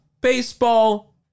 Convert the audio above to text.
baseball